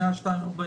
זה ה-2.45%?